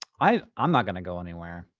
i'm i'm not gonna go anywhere.